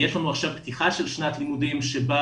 יש לנו עכשיו פתיחה של שנת לימודים שבה